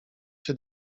się